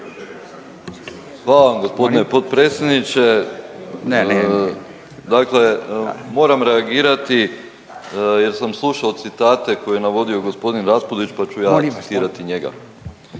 Hvala vam gospodine potpredsjedniče. Dakle, moram reagirati jer sam slušao citate koje je navodio gospodin Raspudić pa ću ja citirati njega.